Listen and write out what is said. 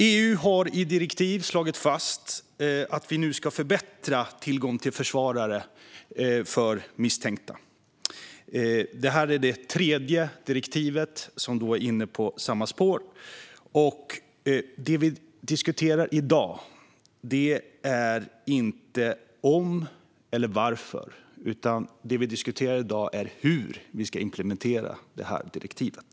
EU har i direktiv slagit fast att vi nu ska förbättra tillgång till försvarare för misstänkta. Det här är det tredje direktivet som är inne på samma spår, och det vi diskuterar i dag är inte om eller varför utan hur vi ska implementera direktivet.